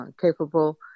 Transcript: capable